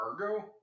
Argo